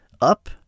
up